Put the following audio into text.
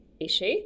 issue